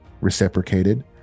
reciprocated